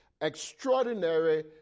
extraordinary